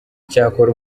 cyakora